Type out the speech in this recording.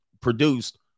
produced